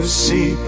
see